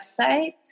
website